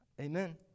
Amen